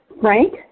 Frank